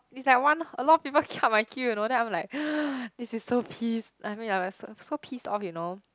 it's like one a lot people cut my queue you know then I'm like this is so piss I mean I was so pissed off you know